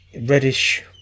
reddish